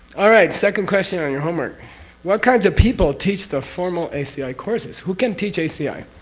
alright, second question on your homework what kinds of people teach the formal aci courses? who can teach aci?